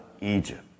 Egypt